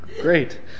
Great